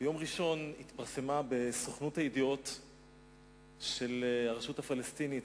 ביום ראשון התפרסמה בסוכנות הידיעות של הרשות הפלסטינית,